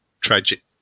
tragic